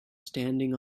standing